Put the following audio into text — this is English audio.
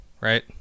right